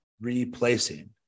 replacing